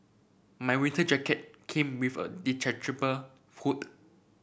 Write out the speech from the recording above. my winter jacket came with a hood